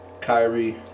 Kyrie